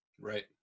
Right